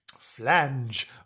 Flange